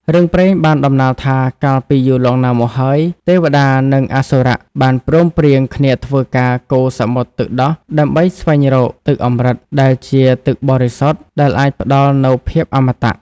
រឿងព្រេងបានតំណាលថា កាលពីយូរលង់ណាស់មកហើយ ទេវតា និងអសុរៈបានព្រមព្រៀងគ្នាធ្វើការកូរសមុទ្រទឹកដោះដើម្បីស្វែងរក ទឹកអម្រឹត ដែលជាទឹកបរិសុទ្ធដែលអាចផ្ដល់នូវភាពអមត។